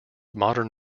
modern